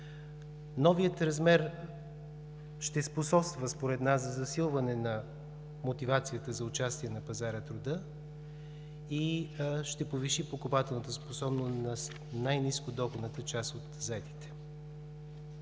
Новият размер ще способства според нас за засилване на мотивацията за участие на пазара на труда и ще повиши покупателната способност на най-ниско доходната част от заетите.